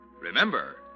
Remember